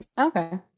Okay